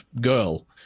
girl